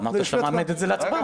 אמרת שאתה מעמיד את זה להצבעה.